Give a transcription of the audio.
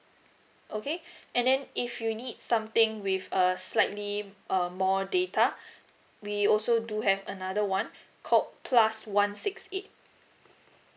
okay and then if you need something with a slightly uh more data we also do have another one called plus one six eight